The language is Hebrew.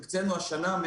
הקצנו השנה,